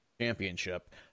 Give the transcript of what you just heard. championship